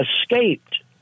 escaped